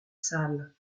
salles